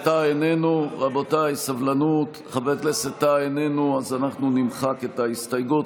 טאהא איננו, אז אנחנו נמחק את ההסתייגות.